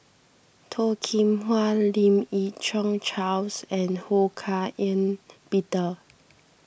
Toh Kim Hwa Lim Yi Yong Charles and Ho Hak Ean Peter